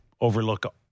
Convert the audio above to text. overlook